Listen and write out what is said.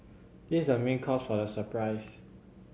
this is a main cause for the surprise